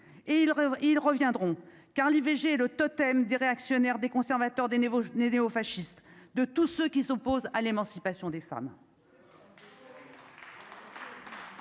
ils reviendront, car l'IVG le totem des réactionnaires, des conservateurs, des niveaux néofascistes de tout ce qui s'oppose à l'émancipation des femmes.